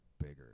bigger